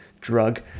drug